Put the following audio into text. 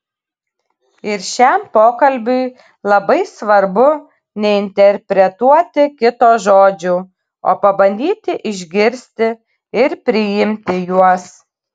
ir šiam pokalbiui labai svarbu neinterpretuoti kito žodžių o pabandyti išgirsti ir priimti juos